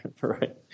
Right